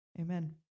Amen